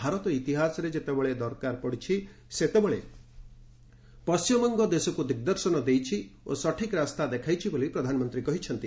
ଭାରତ ଇତିହାସରେ ଯେତେବେଳେ ଦରକାର ପଡ଼ିଛି ସେତେବେଳେ ପଣ୍ଟିମବଙ୍ଗ ଦେଶକୁ ଦିଗ୍ଦର୍ଶନ ଦେଇଛି ଓ ଠିକ୍ ରାସ୍ତା ଦେଖାଇଛି ବୋଲି ପ୍ରଧାନମନ୍ତ୍ରୀ କହିଛନ୍ତି